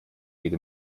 geht